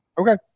Okay